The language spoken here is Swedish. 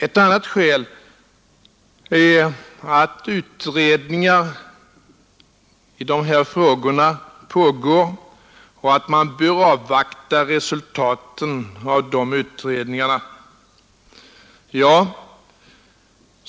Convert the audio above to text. Ett annat skäl är att utredningar i dessa frågor pågår och att man bör avvakta resultaten av dessa utredningar.